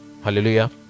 hallelujah